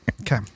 Okay